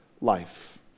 life